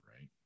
right